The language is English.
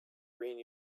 green